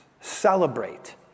Celebrate